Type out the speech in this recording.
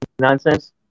nonsense